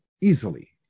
easily